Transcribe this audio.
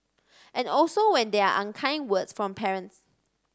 and also when there are unkind words from parents